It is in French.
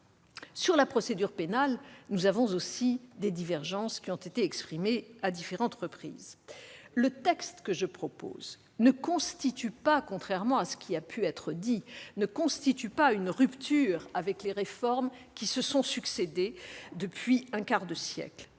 Sur la procédure pénale, nous avons aussi des divergences qui ont été exprimées à diverses reprises. Le texte que je propose ne constitue pas, contrairement à ce qui a pu être dit, une rupture avec les réformes qui se sont succédé depuis un quart de siècle.